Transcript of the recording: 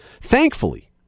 thankfully